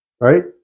right